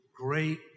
great